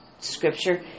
scripture